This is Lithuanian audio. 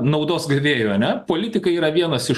naudos gavėjų ane politikai yra vienas iš